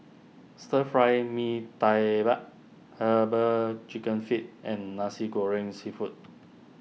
Stir Fry Mee Tai bar Herbal Chicken Feet and Nasi Goreng Seafood